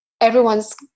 everyone's